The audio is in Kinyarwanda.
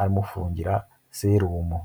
aramufungira serumu.